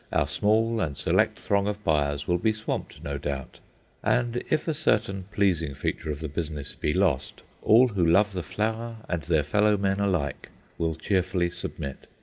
our small and select throng of buyers will be swamped, no doubt and if a certain pleasing feature of the business be lost, all who love the flower and their fellow-men alike will cheerfully submit.